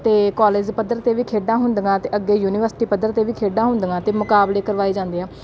ਅਤੇ ਕੋਲਜ ਪੱਧਰ 'ਤੇ ਵੀ ਖੇਡਾਂ ਹੁੰਦੀਆਂ ਅਤੇ ਅੱਗੇ ਯੂਨੀਵਰਸਿਟੀ ਪੱਧਰ 'ਤੇ ਵੀ ਖੇਡਾਂ ਹੁੰਦੀਆਂ ਅਤੇ ਮੁਕਾਬਲੇ ਕਰਵਾਏ ਜਾਂਦੇ ਆ